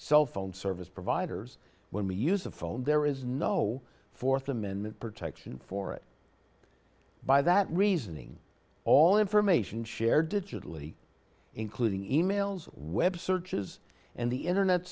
cell phone service providers when we use a phone there is no fourth amendment protection for it by that reasoning all information shared digitally including e mails web searches and the internet